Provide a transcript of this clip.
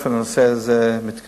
בכל אופן, הנושא הזה מתקדם.